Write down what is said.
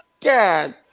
God